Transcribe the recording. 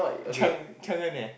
Cheng Cheng-En eh